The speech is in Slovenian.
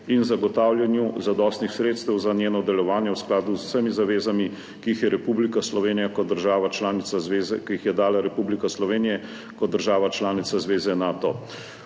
in zagotavljanju zadostnih sredstev za njeno delovanje v skladu z vsemi zavezami, ki jih je dala Republika Slovenija kot država članica zveze Nato.